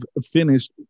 finished